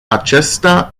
acesta